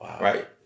Right